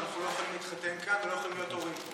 אבל אנחנו לא יכולים להתחתן כאן ולא יכולים להיות הורים.